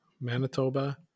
Manitoba